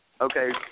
Okay